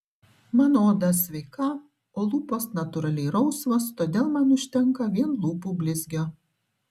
mano oda sveika o lūpos natūraliai rausvos todėl man užtenka vien lūpų blizgio